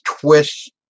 twist